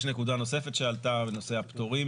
יש נקודה נוספת שעלתה בנושא הפטורים